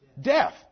death